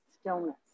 stillness